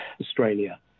Australia